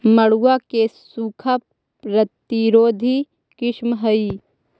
मड़ुआ के सूखा प्रतिरोधी किस्म हई?